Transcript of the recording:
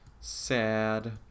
Sad